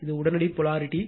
இது உடனடி போலாரிட்டி